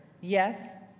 Yes